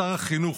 שר החינוך,